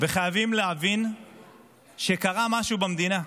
וחייבים להבין שקרה משהו במדינה.